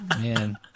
Man